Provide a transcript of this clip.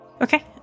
Okay